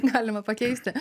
galima pakeisti